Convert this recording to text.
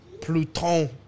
Pluton